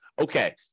okay